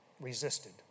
resisted